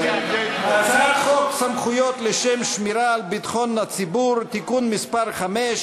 הצעת חוק סמכויות לשם שמירה על ביטחון הציבור (תיקון מס' 5)